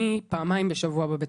אני בבית חולים פעמיים בשבוע,